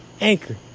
Anchor